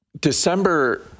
December